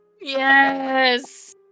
Yes